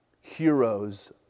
heroes